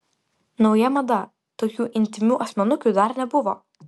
nauja mada tokių intymių asmenukių dar nebuvo